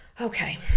Okay